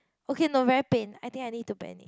okay no very pain I think I need to bend it